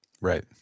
Right